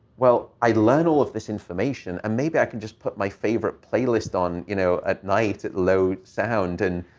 well, i learned all of this information, and maybe i can just put my favorite playlist on, you know, at night at low sound and,